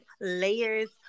layers